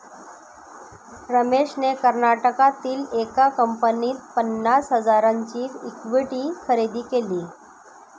रमेशने कर्नाटकातील एका कंपनीत पन्नास हजारांची इक्विटी खरेदी केली